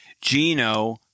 Gino